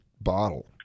bottle